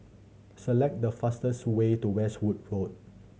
select the fastest way to Westwood Road